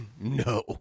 No